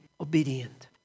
obedient